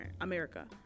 america